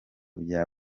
bya